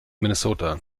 minnesota